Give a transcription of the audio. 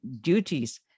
duties